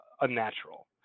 unnatural